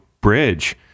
bridge